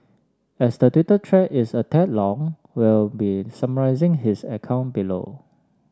as the Twitter thread is a tad long we'll be summarising his account below